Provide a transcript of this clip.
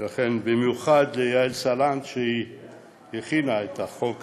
ולכן, במיוחד ליעל סלנט, שהכינה את החוק הזה,